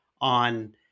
on